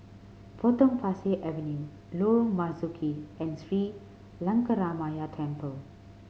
Potong Pasir Avenue Lorong Marzuki and Sri Lankaramaya Temple